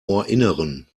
ohrinneren